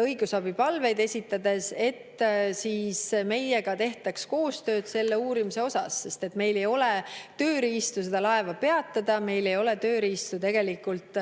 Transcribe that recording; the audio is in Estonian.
õigusabipalveid esitades, et meiega tehtaks koostööd uurimises, sest meil ei ole tööriistu seda laeva peatada, meil ei ole tööriistu tegelikult